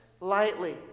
lightly